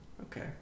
Okay